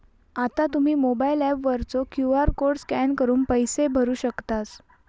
आता तुम्ही mobile app वरचो क्यू.आर कोड स्कॅन करून पैसे भरू शकतास